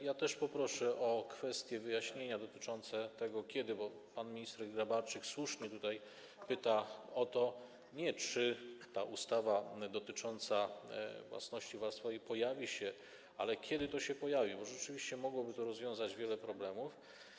Ja też poproszę o wyjaśnienia kwestii dotyczącej tego, kiedy, bo pan minister Grabarczyk słusznie tutaj pyta nie o to, czy ta ustawa dotycząca własności warstwowej pojawi się, ale kiedy ona się pojawi, bo rzeczywiście mogłoby to rozwiązać wiele problemów.